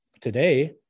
today